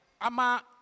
Ama